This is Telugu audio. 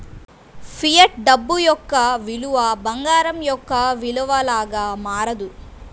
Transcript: ఫియట్ డబ్బు యొక్క విలువ బంగారం యొక్క విలువ లాగా మారదు